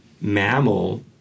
mammal